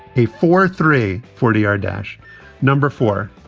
a four, three, forty yard dash number four,